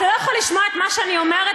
אתה לא יכול לשמוע את מה שאני אומרת,